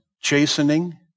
chastening